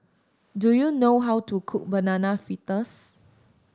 do you know how to cook Banana Fritters